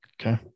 okay